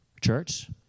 Church